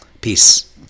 Peace